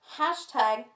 hashtag